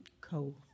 co